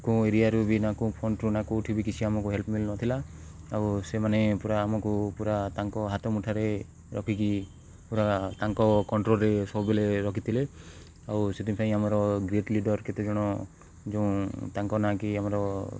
କେଉଁ ଏରିଆରୁ ବି ନା କେଉଁ ଫଣ୍ଡ୍ରୁ ନା କେଉଁଠି ବି କିଛି ଆମକୁ ହେଲ୍ପ ମିଳିନଥିଲା ଆଉ ସେମାନେ ପୁରା ଆମକୁ ପୁରା ତାଙ୍କ ହାତ ମୁଠାରେ ରଖିକି ପୁରା ତାଙ୍କ କଣ୍ଟ୍ରୋଲ୍ରେ ସବୁବେଳେ ରଖିଥିଲେ ଆଉ ସେଥିପାଇଁ ଆମର ଗ୍ରେଟ୍ ଲିଡ଼ର୍ କେତେଜଣ ଯେଉଁ ତାଙ୍କ ନାକି ଆମର